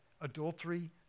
adultery